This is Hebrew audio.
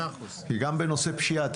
גם בנושאי הפשיעה,